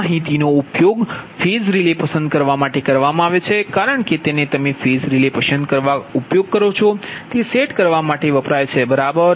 આ માહિતીનો ઉપયોગ ફેઝ રિલે પસંદ કરવા માટે કરવામાં આવે છે કારણ કે તેને તમે ફેઝ રિલે પસંદ કરવા કરો છો અને તે સેટ કરવા માટે વપરાય છે બરાબર